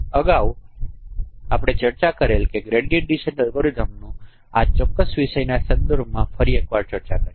અગાઉ આપણે ચર્ચા કરેલ ગ્રેડીયંટ ડીસ્ંટ અલ્ગોરિધમનો આ ચોક્કસ વિષયના સંદર્ભ માં ફરી એક વાર ચર્ચા કરીયે